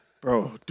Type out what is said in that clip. Bro